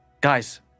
guys